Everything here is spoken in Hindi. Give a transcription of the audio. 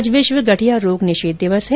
आज विश्व गठिया रोग निषेध दिवस है